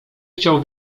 chciał